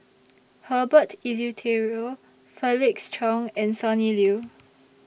Herbert Eleuterio Felix Cheong and Sonny Liew